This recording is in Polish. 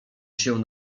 się